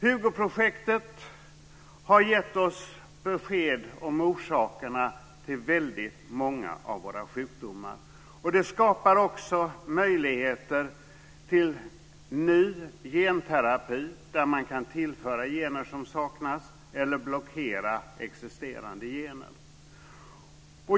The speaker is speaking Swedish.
Hugoprojektet har gett oss besked om orsakerna till väldigt många av våra sjukdomar, och det skapar också möjligheter till ny genterapi, där man kan tillföra gener som saknas eller blockera existerande gener.